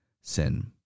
sin